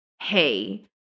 hey